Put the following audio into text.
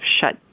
shut